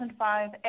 2005